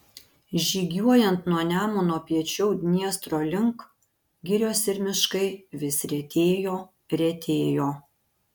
žygiuojant nuo nemuno piečiau dniestro link girios ir miškai vis retėjo retėjo